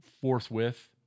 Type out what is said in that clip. forthwith